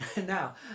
Now